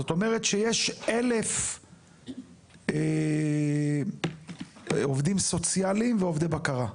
זאת אומרת שיש 1,000 עובדים סוציאליים ועובדי בקרה.